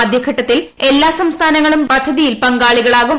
ആദ്യഘട്ടത്തിൽ എല്ലാ സംസ്ഥാനങ്ങളും പദ്ധതിയിൽ പങ്കാളികളാകും